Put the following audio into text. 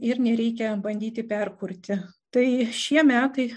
ir nereikia bandyti perkurti tai šie metai